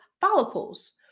follicles